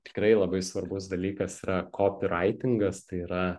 tikrai labai svarbus dalykas yra kopiraitingas tai yra